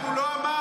הוא לא אמר.